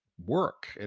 work